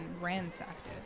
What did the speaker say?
ransacked